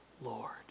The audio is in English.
Lord